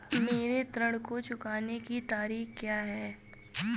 मेरे ऋण को चुकाने की तारीख़ क्या है?